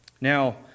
Now